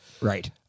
right